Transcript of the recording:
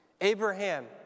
Abraham